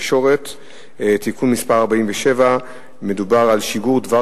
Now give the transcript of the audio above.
התקשורת (בזק ושידורים) (תיקון מס' 47). מדובר על שיגור דבר